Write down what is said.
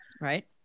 Right